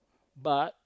but